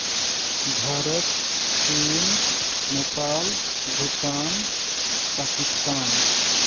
ᱵᱷᱟᱨᱚᱛ ᱪᱤᱱ ᱱᱮᱯᱟᱞ ᱵᱷᱩᱴᱟᱱ ᱯᱟᱠᱤᱥᱛᱷᱟᱱ